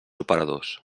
operadors